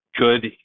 good